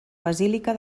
basílica